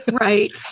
right